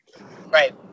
Right